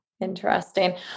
Interesting